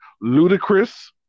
ludicrous